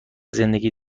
زندگی